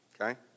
okay